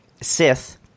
Sith